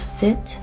sit